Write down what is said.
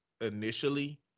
initially